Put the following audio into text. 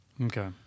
Okay